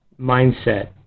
mindset